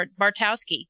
Bartowski